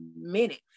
minute